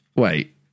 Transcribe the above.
wait